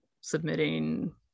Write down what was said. submitting